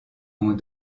ont